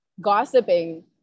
gossiping